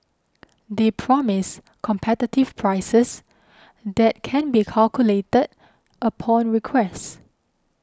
they promise competitive prices that can be calculated upon request